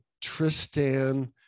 Tristan